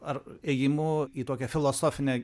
ar ėjimu į tokią filosofinę